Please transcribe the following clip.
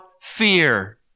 fear